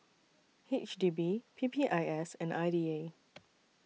H D B P P I S and I D A